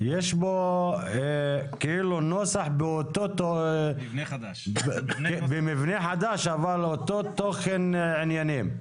יש פה כאילו נוסח במבנה חדש אבל אותו תוכן עניינים.